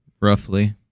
Roughly